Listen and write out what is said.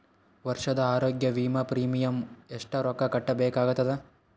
ವರ್ಷದ ಆರೋಗ್ಯ ವಿಮಾ ಪ್ರೀಮಿಯಂ ಎಷ್ಟ ರೊಕ್ಕ ಕಟ್ಟಬೇಕಾಗತದ?